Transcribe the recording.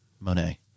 Monet